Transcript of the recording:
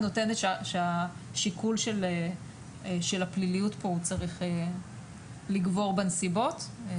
נותנת שהשיקול של הפליליות פה צריך לגבור בנסיבות.